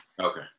Okay